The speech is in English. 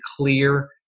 clear